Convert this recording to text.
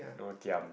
no giam